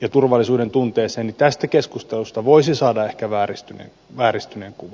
ja turvallisuudentunteeseen niin tästä keskustelusta voisi saada ehkä vääristyneen kuvan